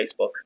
Facebook